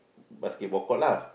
basketball court lah